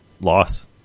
loss